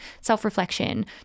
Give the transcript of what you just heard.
self-reflection